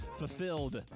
fulfilled